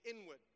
inward